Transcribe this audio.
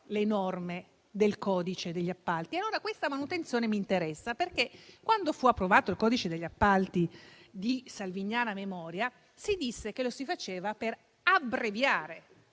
alle norme del codice degli appalti: questa manutenzione mi interessa, perché quando fu approvato il codice degli appalti di salviniana memoria, si disse che lo si faceva per abbreviare